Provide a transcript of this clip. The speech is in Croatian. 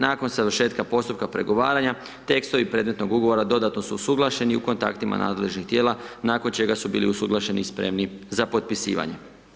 Nakon završetka postupka pregovaranja, tekstovi predmetnog Ugovora dodatno su usuglašeni i u kontaktima nadležnih tijela, nakon čega su bili usuglašeni i spremni za potpisivanje.